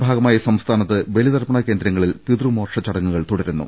ശിവരാത്രിയുടെ ഭാഗമായി സംസ്ഥാനത്ത് ബലിതർപ്പണ കേന്ദ്ര ങ്ങളിൽ പിതൃമോക്ഷ ചടങ്ങുകൾ തുടരുന്നു